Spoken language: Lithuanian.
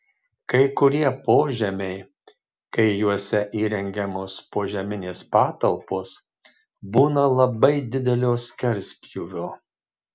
kai kurie požemiai kai juose įrengiamos požeminės patalpos būna labai didelio skerspjūvio